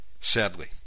sadly